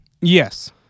Yes